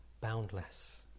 boundless